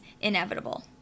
inevitable